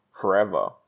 forever